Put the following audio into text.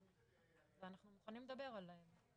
אנחנו מוכנים לדבר על זה,